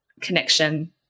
connection